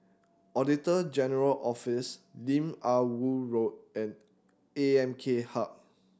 Auditor General Office Lim Ah Woo Road and A M K Hub